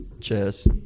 Cheers